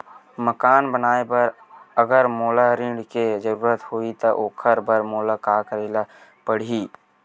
मकान बनाये बर अगर मोला ऋण के जरूरत होही त ओखर बर मोला का करे ल पड़हि?